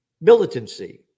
militancy